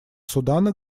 судана